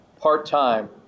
part-time